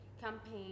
campaign